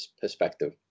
perspective